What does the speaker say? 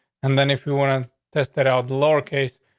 and then if you want to test that out the lower case,